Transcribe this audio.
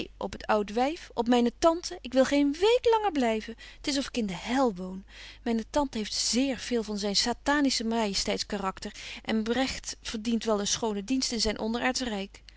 op het oud wyf op myne tante ik wil geen week langer blyven t is of ik in de hel woon myne tante heeft zeer veel van zyn satansche majesteits karacter en bregt verdient wel een schonen dienst in zyn onderaardsch